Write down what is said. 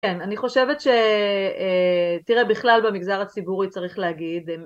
כן, אני חושבת ש... אה... תראה, בכלל במגזר הציבורי צריך להגיד